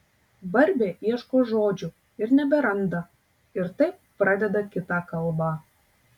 barbė ieško žodžių ir neberanda ir taip pradeda kitą kalbą